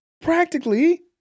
Practically